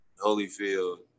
Holyfield